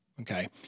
okay